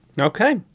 Okay